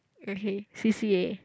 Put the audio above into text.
okay C_C_A